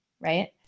right